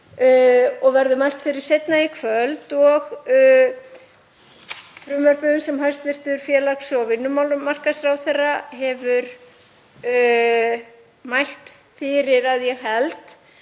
og verður mælt fyrir seinna í kvöld og frumvörpum sem hæstv. félags- og vinnumarkaðsráðherra hefur mælt fyrir, að ég held,